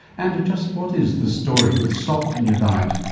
and just what is the story with salt in your diet?